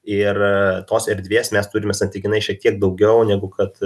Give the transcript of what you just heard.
ir tos erdvės mes turime santykinai šiek tiek daugiau negu kad